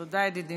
תודה, ידידי.